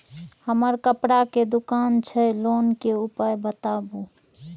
हमर कपड़ा के दुकान छै लोन के उपाय बताबू?